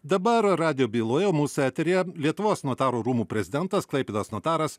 dabar radijo byloje mūsų eteryje lietuvos notarų rūmų prezidentas klaipėdos notaras